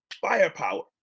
firepower